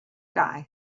guy